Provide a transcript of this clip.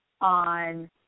on